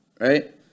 Right